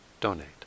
donate